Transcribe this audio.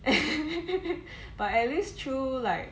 but at least through like